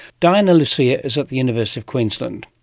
diana lucia is at the university of queensland.